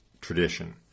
tradition